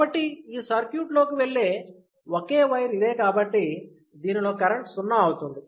కాబట్టి ఈ సర్క్యూట్లోకి వెళ్లే ఓకే వైర్ ఇదే కాబట్టి దీనిలో కరెంట్ సున్నా అవుతుంది